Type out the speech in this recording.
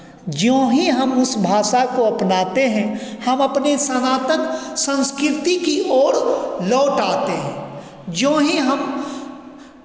ज्यों ही हम उस भाषा को अपनाते हैं हम अपने सनातन संस्कृति की ओर लौट आते हैं ज्यों ही हम